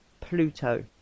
pluto